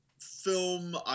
film